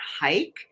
hike